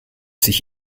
sich